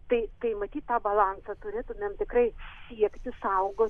tai tai matyt tą balansą turėtumėm tikrai siekti apsisaugot